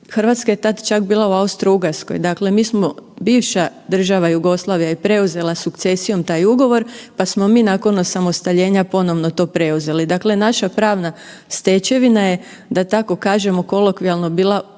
koji, RH je tad čak bila u Austro-Ugarskoj. Dakle, mi smo bivša država, Jugoslavija je preuzela sukcesijom taj ugovor, pa smo mi nakon osamostaljenja ponovno to preuzeli. Dakle, naša pravna stečevina je da tako kažemo kolokvijalno bila u tom